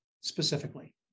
specifically